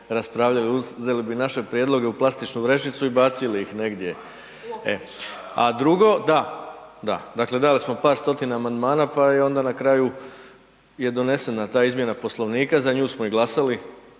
uzeli bi naše prijedloge u plastičnu vrećicu i bacili ih negdje. …/Upadica sa strane, ne razumije se./… Da, da, dakle dali smo par stotina amandmana pa onda na kraju je donesena ta izmjena Poslovnika, za nju smo i glasali,